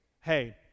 hey